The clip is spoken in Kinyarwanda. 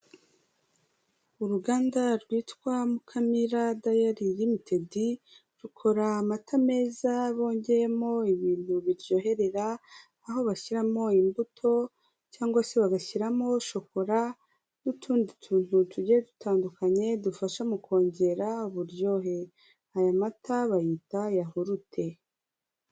Uruganda rwitwa Mukamira dayali limitidi rukora amata meza bongeyemo ibintu biryoherera aho bashyiramo imbuto cyangwa se bagashyiramo shokora n'utundi tuntu tugiye dutandukanye dufasha mu kongera uburyohe aya mata bayita yahurute.